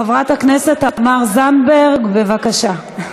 חברת הכנסת תמר זנדברג, בבקשה.